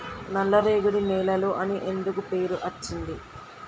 నల్లరేగడి నేలలు అని ఎందుకు పేరు అచ్చింది?